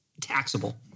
taxable